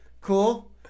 cool